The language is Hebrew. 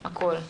הכול, הכול.